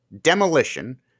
demolition